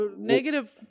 negative